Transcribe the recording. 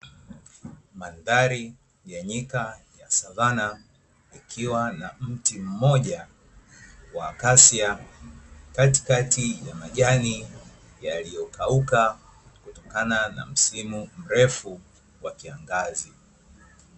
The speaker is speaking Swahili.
Mandhari ya nyika ya savana ikiwa na mti mmoja wa kasia ya katikati ya majani, yaliyokauka kutokana na msimu mrefu wa kiangazi.